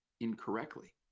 incorrectly